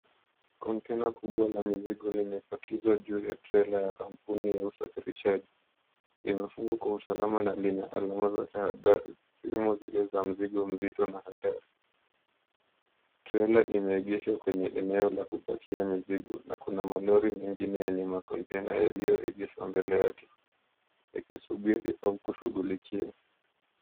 Kontena kubwa la mizigo limepakizwa juu ya trela ya kampuni la usafirishaji. Limefungwa kwa usalama na lina alama za tahadhari zikiwemo zile za mzigo mzito na hatari. Trela imeegeshwa kwenye eneo la kupakia mizigo na kuna malori mengine yenye makontena yaloyoegeshwa mbele yake yakisubiri au kushughulikiwa.